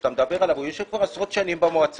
שאתה מדבר עליו הוא יושב כבר עשרות שנים במועצה